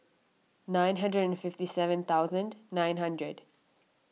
nine hundred and fifty seven thousand nine hundred